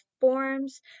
Forms